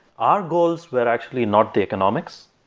our goals were actually not the economics.